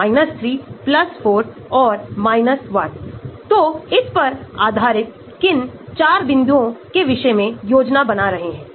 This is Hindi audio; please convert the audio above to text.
तो log Ka log Ka और प्रतिस्थापित करें log K को प्रतिस्थापित किया जाता है जिसे सिग्माकहते हैं